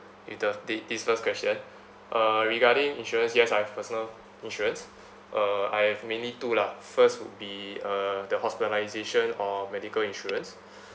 with the thi~ this first question uh regarding insurance yes I've personal insurance uh I have mainly two lah first would be uh the hospitalisation or medical insurance